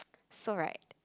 so right